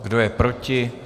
Kdo je proti?